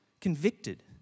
convicted